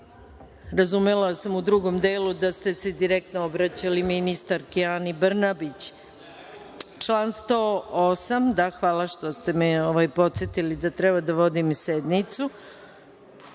razumela sam u drugom delu da ste se direktno obraćali ministarki Ani Brnabić. Član 108, da, hvala što ste me podsetili da treba da vodim sednicu. Molim